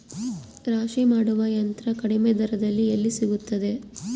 ರಾಶಿ ಮಾಡುವ ಯಂತ್ರ ಕಡಿಮೆ ದರದಲ್ಲಿ ಎಲ್ಲಿ ಸಿಗುತ್ತದೆ?